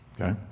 Okay